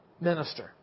minister